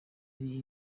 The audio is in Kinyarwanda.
ari